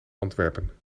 antwerpen